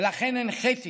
ולכן הנחיתי